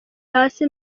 hasi